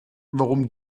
warum